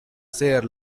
ser